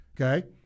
Okay